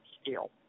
scale